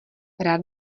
rád